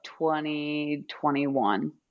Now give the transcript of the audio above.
2021